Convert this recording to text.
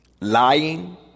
lying